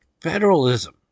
Federalism